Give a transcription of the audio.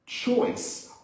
choice